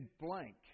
blank